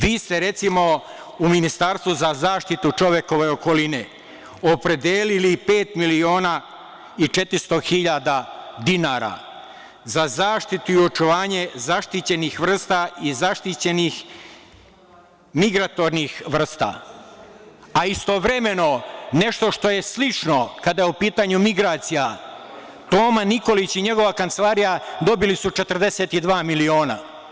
Vi ste, recimo, u Ministarstvu za zaštitu čovekove okoline, opredelili pet miliona i 400 hiljada dinara za zaštitu i očuvanje zaštićenih vrsta i zaštićenih migratornih vrsta, a istovremeno nešto što je slično kada je u pitanju migracija, Toma Nikolić i njegova kancelarija dobili su 42 miliona.